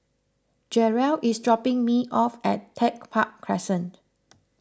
Jerrell is dropping me off at Tech Park Crescent